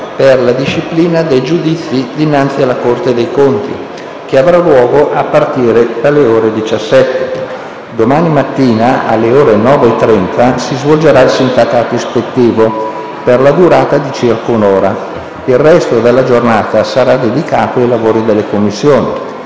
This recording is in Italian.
per la disciplina dei giudizi dinanzi alla Corte dei conti, che avrà luogo a partire dalle ore 17. Domani mattina, alle ore 9,30, si svolgerà il sindacato ispettivo per la durata di circa un'ora. Il resto della giornata sarà dedicato ai lavori delle Commissioni,